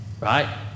Right